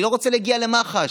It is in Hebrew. אני לא רוצה להגיע למח"ש.